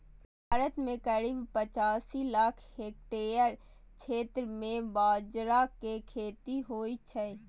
भारत मे करीब पचासी लाख हेक्टेयर क्षेत्र मे बाजरा के खेती होइ छै